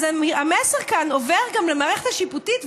אז המסר כאן עובר גם למערכת השיפוטית,